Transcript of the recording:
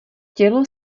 tělo